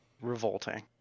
revolting